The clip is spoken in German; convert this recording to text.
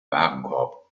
warenkorb